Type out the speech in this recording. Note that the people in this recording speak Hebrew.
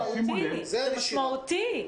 זה נתון משמעותי.